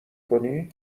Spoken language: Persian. کنی